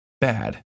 bad